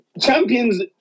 Champions